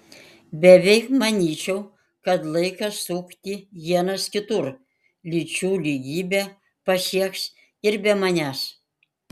beveik manyčiau kad laikas sukti ienas kitur lyčių lygybę pasieks ir be manęs